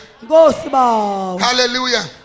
Hallelujah